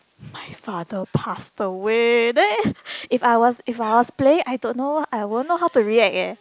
my father passed away then if I was if I was playing I don't know I won't know how to react eh